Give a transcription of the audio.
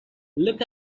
look